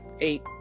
eight